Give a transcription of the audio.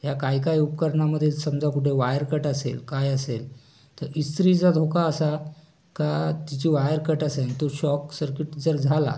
या काही काही उपकरणामध्ये समजा कुठे वायर कट असेल काय असेल तर इस्त्रीचा धोका असा का तिची वायर कट असेल तो शॉक सर्किट जर झाला